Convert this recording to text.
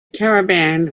caravan